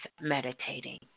meditating